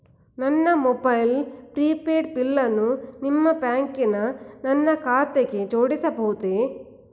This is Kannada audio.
ನನ್ನ ಮೊಬೈಲ್ ಪ್ರಿಪೇಡ್ ಬಿಲ್ಲನ್ನು ನಿಮ್ಮ ಬ್ಯಾಂಕಿನ ನನ್ನ ಖಾತೆಗೆ ಜೋಡಿಸಬಹುದೇ?